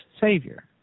Savior